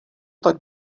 tak